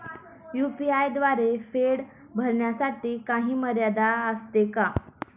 UPI द्वारे फेड करण्यासाठी काही मर्यादा असते का?